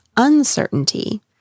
uncertainty